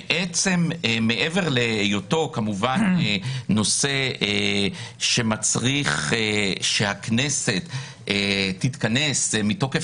מעבר להיותו נושא שמצריך שהכנסת תתכנס מתוקף